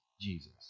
Jesus